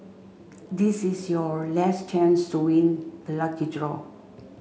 this is your last chance to win the lucky draw